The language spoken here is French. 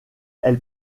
elle